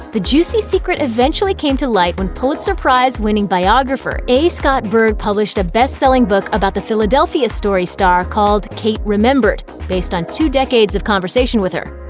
the juicy secret eventually came to light when pulitzer-prize winning biographer a. scott berg published a best-selling book about the philadelphia story star called kate remembered, based on two decades of conversation with her.